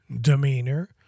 demeanor